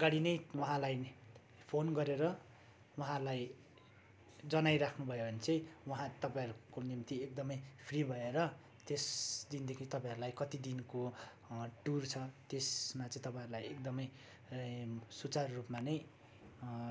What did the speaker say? अगाडि नै उहाँलाई फोन गरेर उहाँलाई जनाइराख्नु भयो भने चाहिँ उहाँ तपाईँहरूको निम्ति एकदमै फ्रि भएर त्यस दिनदेखि तपाईँहरूलाई कति दिनको टुर छ त्यसमा चाहिँ तपाईँहरूलाई एकदमै सुचारु रूपमा नै